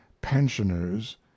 pensioners